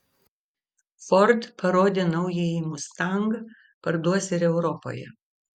ford parodė naująjį mustang parduos ir europoje